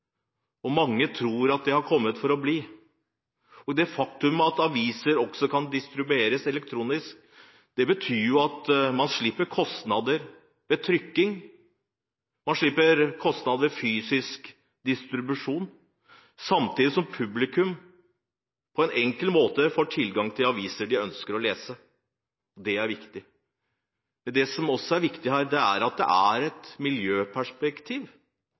og mange tror det har kommet for å bli. Det faktum at aviser også kan distribueres elektronisk, betyr at man slipper kostnader ved trykking, og man slipper kostnader ved fysisk distribusjon – samtidig som publikum på en enkel måte får tilgang til aviser de ønsker å lese. Det er viktig. Det som også er viktig her, er at det er et miljøperspektiv